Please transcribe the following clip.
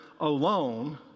alone